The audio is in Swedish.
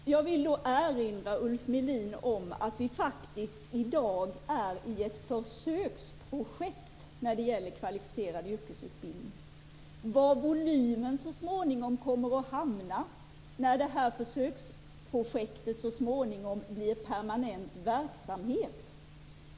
Herr talman! Jag vill erinra Ulf Melin om att det i dag faktiskt pågår ett försöksprojekt när det gäller kvalificerad yrkesutbildning. Vi får se var volymen kommer att hamna när försöksprojektet så småningom blir permanent verksamhet.